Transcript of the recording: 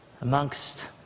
amongst